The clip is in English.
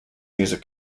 music